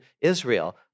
Israel